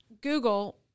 Google